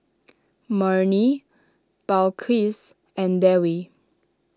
Murni Balqis and Dewi